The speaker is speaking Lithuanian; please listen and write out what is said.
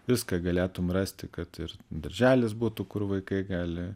viską galėtum rasti kad ir darželis būtų kur vaikai gali